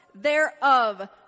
Thereof